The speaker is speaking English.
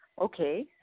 Okay